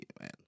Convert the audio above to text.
man